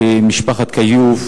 כאשר משפחת כיוף,